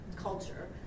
culture